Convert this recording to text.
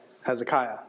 Hezekiah